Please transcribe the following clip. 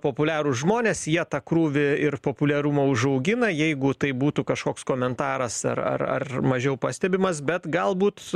populiarūs žmonės jie tą krūvį ir populiarumą užaugina jeigu tai būtų kažkoks komentaras ar ar mažiau pastebimas bet galbūt